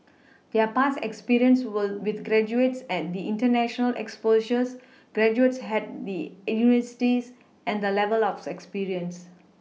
their past experience will with graduates at the international exposure graduates had the universities and the level of expertise